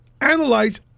analyze